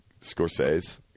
Scorsese